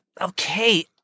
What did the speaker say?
Okay